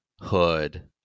Hood